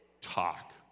talk